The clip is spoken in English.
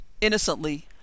innocently